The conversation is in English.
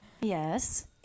Yes